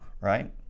right